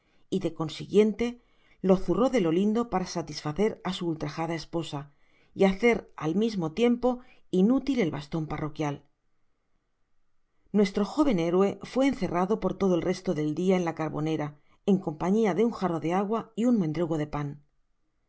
y de consiguiente lo zurró de lo lindo para satisfacer á su ultrajada esposa y hacer al mismo tiempo inútil el pasion parroquial nuestro joven héroe fué encerrado por todo el resto del dia en la carbonera en compañia de un jarro de agua y un mendrugo de pan